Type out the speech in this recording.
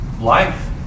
life